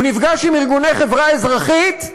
הוא נפגש עם ארגוני חברה אזרחית,